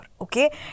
okay